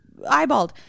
eyeballed